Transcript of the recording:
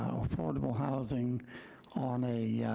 um affordable housing on a